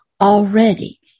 already